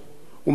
ומה הן עושות.